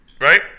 Right